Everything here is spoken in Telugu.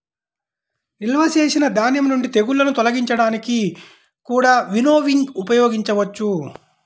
నిల్వ చేసిన ధాన్యం నుండి తెగుళ్ళను తొలగించడానికి కూడా వినోవింగ్ ఉపయోగించవచ్చు